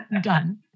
Done